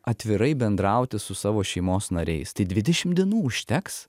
atvirai bendrauti su savo šeimos nariais tai dvidešimt dienų užteks